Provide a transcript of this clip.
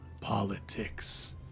politics